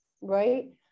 Right